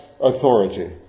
authority